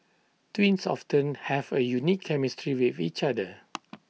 twins often have A unique chemistry with each other